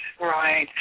right